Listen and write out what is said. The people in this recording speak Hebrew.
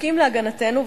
הזקוקים להגנתנו,